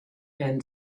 and